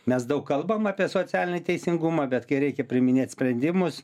mes daug kalbameapie socialinį teisingumą bet kai reikia priiminėt sprendimus